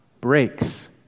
breaks